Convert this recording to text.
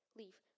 leave